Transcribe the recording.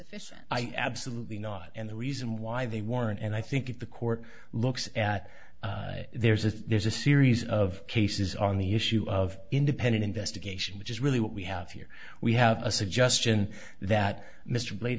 sufficient i absolutely not and the reason why they warn and i think if a court looks at there's a there's a series of cases on the issue of independent investigation which is really what we have here we have a suggestion that mr